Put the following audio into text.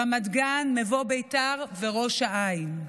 רמת גן, מבוא ביתר וראש העין.